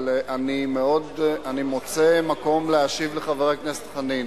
אבל אני מוצא מקום להשיב לחבר הכנסת חנין.